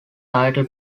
title